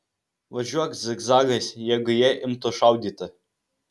važiuok zigzagais jeigu jie imtų šaudyti